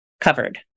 covered